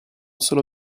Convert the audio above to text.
solo